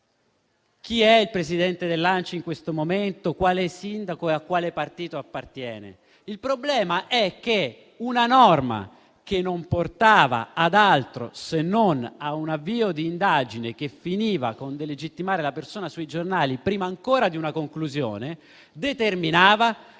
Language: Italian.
chi sia il Presidente dell'ANCI in questo momento, quale sindaco e a quale partito appartenga. Il problema è che una norma, che non portava ad altro se non a un avvio di indagine che finiva per delegittimare la persona sui giornali prima ancora di una conclusione, determinava la paura